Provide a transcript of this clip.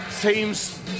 teams